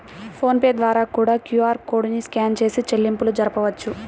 phone pay ద్వారా కూడా QR code ని స్కాన్ చేసి చెల్లింపులు జరపొచ్చు